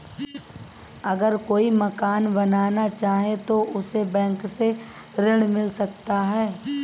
अगर कोई मकान बनाना चाहे तो उसे बैंक से ऋण मिल सकता है?